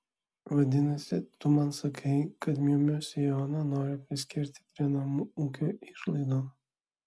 vadinasi tu man sakai kad miu miu sijoną nori priskirti prie namų ūkio išlaidų